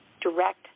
direct